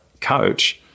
coach